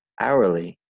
hourly